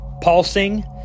pulsing